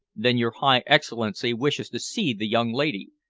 then your high excellency wishes to see the young lady?